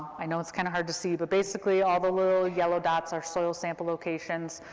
i know it's kind of hard to see, but basically all the little yellow dots are soil sample locations,